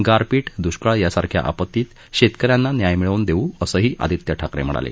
गारपीट दुष्काळ यांसारख्या आपत्तीत शेतकऱ्यांना न्याय मिळवून देऊ असंही आदित्य ठाकरे म्हणाले